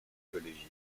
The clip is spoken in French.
collégien